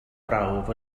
brawf